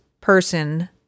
person